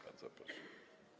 Bardzo proszę.